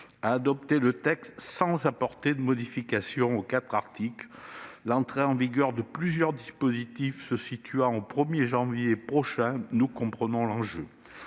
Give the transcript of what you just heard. adopté le texte sans apporter de modification à ses quatre articles. L'entrée en vigueur de plusieurs dispositifs se situant au 1 janvier prochain, nous comprenons l'enjeu.